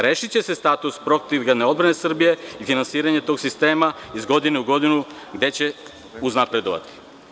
Rešiće se status protivgradne odbrane Srbije i finansiranje tog sistema iz godine u godinu, gde će uznapredovati.